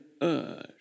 urged